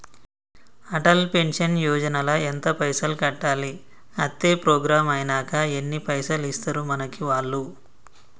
Atal pension Yojana ల ఎంత పైసల్ కట్టాలి? అత్తే ప్రోగ్రాం ఐనాక ఎన్ని పైసల్ ఇస్తరు మనకి వాళ్లు?